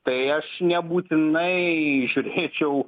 tai aš nebūtinai žiūrėčiau